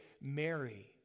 Mary